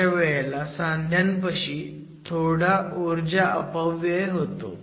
अशा वेळेला सांध्यांपाशी थोडा ऊर्जा अपव्यय होतो